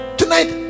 tonight